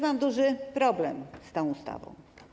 Mam duży problem z tą ustawą.